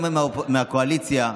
גם מהקואליציה,